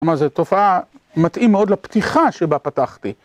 כלומר, זו תופעה מתאים מאוד לפתיחה שבה פתחתי.